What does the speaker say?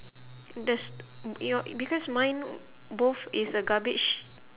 there's your because mine both it's a garbage